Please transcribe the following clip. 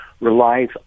relies